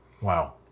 Wow